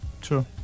True